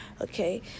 okay